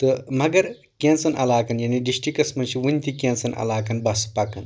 تہٕ مگر کینٛژن علاقن یعنی ڈسٹرکس منٛز چھِ وُنہِ تہِ کینٛژن علاقن بسہٕ پکان